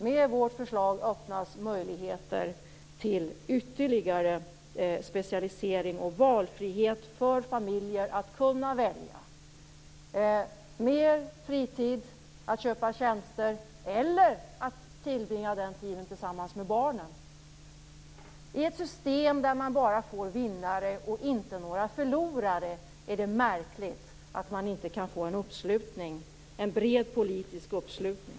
Med vårt förslag öppnas möjligheter till ytterligare specialisering och valfrihet för familjer så att de kan välja. Det blir mer fritid av att köpa tjänster. Man kan tillbringa den tiden tillsammans med barnen. I fråga om ett system där man bara får vinnare och inga förlorare är det märkligt att man inte kan få en uppslutning, en bred politisk uppslutning.